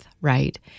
right